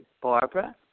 Barbara